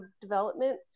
development